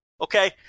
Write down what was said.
okay